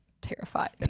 terrified